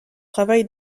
travail